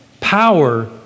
power